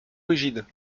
rigide